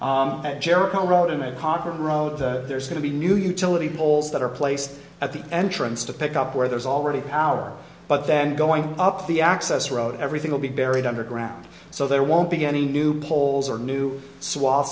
at jericho road in a cochrane road there's going to be new utility poles that are placed at the entrance to pick up where there's already power but then going up the access road everything will be buried underground so there won't be any new polls or new swa